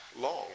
Long